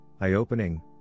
eye-opening